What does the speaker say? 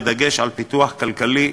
בדגש על פיתוח כלכלי,